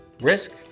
Risk